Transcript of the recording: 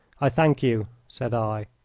i thank you, said i.